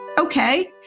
ok.